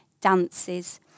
dances